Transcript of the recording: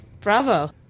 Bravo